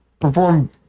perform